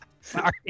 Sorry